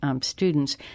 students